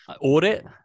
audit